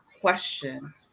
question